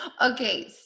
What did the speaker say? Okay